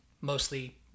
mostly